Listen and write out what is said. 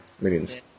Millions